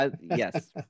Yes